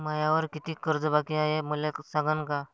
मायावर कितीक कर्ज बाकी हाय, हे मले सांगान का?